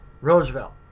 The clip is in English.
Roosevelt